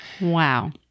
Wow